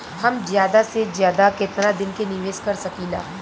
हम ज्यदा से ज्यदा केतना दिन के निवेश कर सकिला?